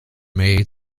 may